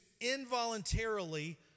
involuntarily